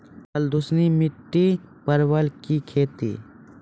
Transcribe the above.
बल दुश्मनी मिट्टी परवल की खेती?